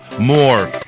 More